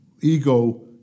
ego